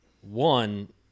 one